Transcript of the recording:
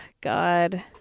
God